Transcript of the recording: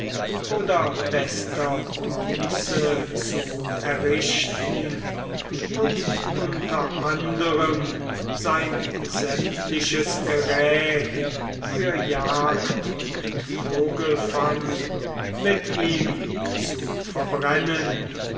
oder bester bronze zu errichten und unter anderem sein sämtliches gerät für jagd und vogelfang mit ihm zu verbrennen